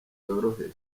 yoroheje